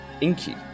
inky